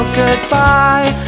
goodbye